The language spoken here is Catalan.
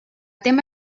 tema